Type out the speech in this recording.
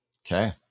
Okay